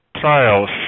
trials